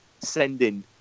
sending